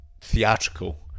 theatrical